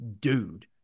dude